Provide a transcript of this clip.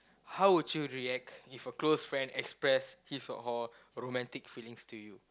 how would you react if your close friend express his or her romantic feelings to you